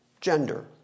gender